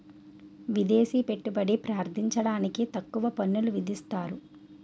విదేశీ పెట్టుబడి ప్రార్థించడానికి తక్కువ పన్నులు విధిస్తారు